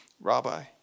rabbi